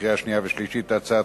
לקריאה שנייה ולקריאה שלישית את הצעת